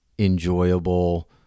enjoyable